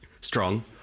Strong